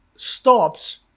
stops